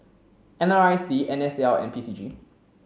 N R I C N S L and P C G